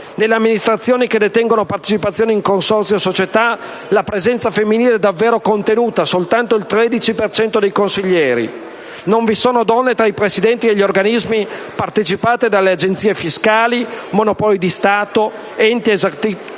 Nelle amministrazioni che detengono partecipazioni in consorzi o società la presenza femminile è davvero contenuta: soltanto il 13 per cento dei consiglieri. Non vi sono donne tra i presidenti degli organismi partecipati da agenzie fiscali, Monopoli di Stato, enti ex articolo